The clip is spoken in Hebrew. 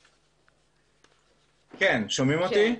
בבקשה.